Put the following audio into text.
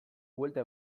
buelta